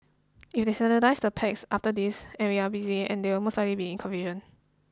if they standardise the packs after this and we are busy and there will most likely be confusion